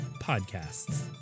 podcasts